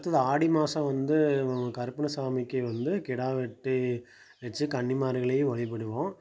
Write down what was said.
அடுத்தது ஆடி மாதம் வந்து கருப்பண்ணசாமிக்கு வந்து கிடா வெட்டி வெச்சு கன்னிமார்களையும் வழிபடுவோம்